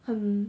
很